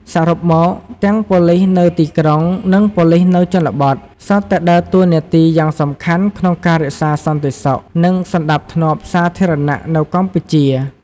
សរុបមក ទាំងប៉ូលិសនៅទីក្រុង និងប៉ូលិសនៅជនបទ សុទ្ធតែដើរតួនាទីយ៉ាងសំខាន់ក្នុងការរក្សាសន្តិសុខ និងសណ្តាប់ធ្នាប់សាធារណៈនៅកម្ពុជា។